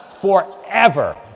forever